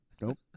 Nope